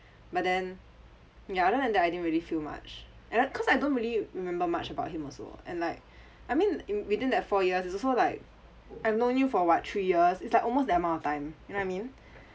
but then ya other than that I didn't really feel much and cause I don't really remember much about him also and like I mean in within that four years is also like I known you for what three years it's like almost that amount of time you know what I mean